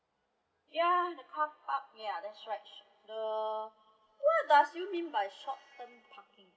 ya the car park ya that's right the what does you mean by short term parking